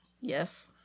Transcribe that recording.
Yes